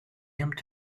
empty